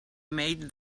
made